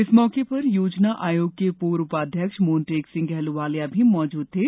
इस मौके पर योजना आयोग के पूर्व उपाध्यक्ष मोटेंक सिंह अहलुवालिया भी मौजूद थे